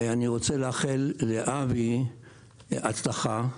אני מאחל לאבי הצלחה,